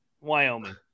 Wyoming